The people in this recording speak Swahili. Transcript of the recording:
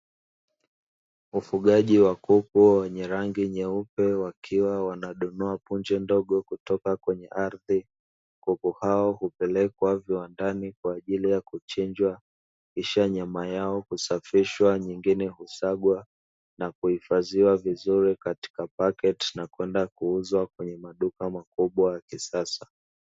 Ufugaji wa kuku wenye rangi nyeupe, wakiwa wanadonoa punje ndogo kutoka kwenye ardhi; kuku hao hupelekwa viwandani kwa ajili ya kuchinjwa, kisha nyama yao kusafishwa, nyingine kusagwa na kuhifadhiwa vizuri katika paketi, na kwenda kuuzwa kwenye maduka makubwa ya kisasa.